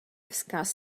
vzkaz